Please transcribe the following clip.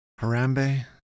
Harambe